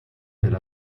tel